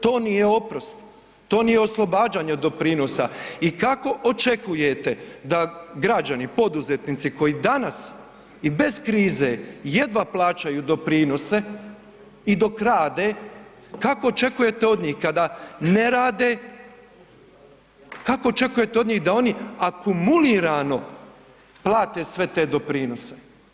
To nije oprost, to nije oslobađanje od doprinosa i kako očekujete da građani poduzetnici koji danas i bez krize jedva plaćaju doprinose i dok rade, kako očekujete od njih kada ne rade, kako očekujete od njih da oni akumulirano plate sve te doprinose?